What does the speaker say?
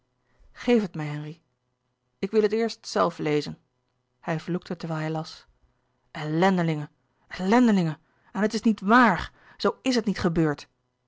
geef het mij henri ik wil het eerst zelf lezen hij vloekte terwijl hij las ellendelingen ellendelingen en het is niet waar zoo is het niet gebeurd